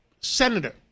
Senator